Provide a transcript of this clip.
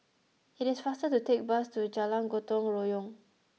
it is faster to take the bus to Jalan Gotong Royong